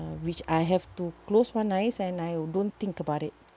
which I have to close one eyes and I don't think about it